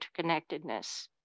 interconnectedness